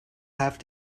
have